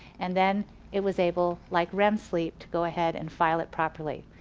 and then it was able like rem sleep, to go ahead and file it properly.